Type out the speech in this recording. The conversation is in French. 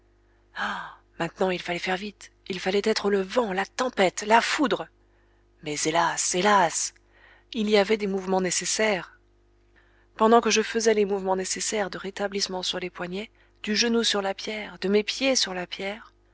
maintenant il fallait faire vite il fallait être le vent la tempête la foudre mais hélas hélas il y avait des mouvements nécessaires pendant que je faisais les mouvements nécessaires de rétablissement sur les poignets du genou sur la pierre de mes pieds sur la pierre